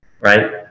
Right